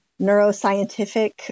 neuroscientific